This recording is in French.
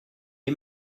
est